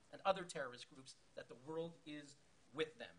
שמשרת את כל העולם במנדט של חבר האחראים בוועדה לזכויות האדם באו"ם.